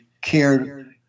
cared